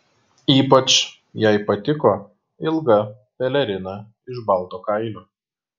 ypač jai patiko ilga pelerina iš balto kailio